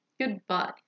Goodbye